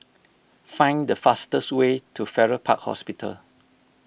find the fastest way to Farrer Park Hospital